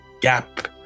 gap